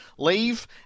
leave